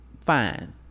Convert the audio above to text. Fine